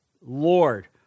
Lord